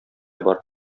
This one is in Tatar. бар